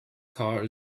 car